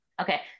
Okay